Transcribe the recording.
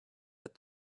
but